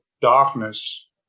darkness